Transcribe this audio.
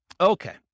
Okay